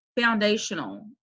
foundational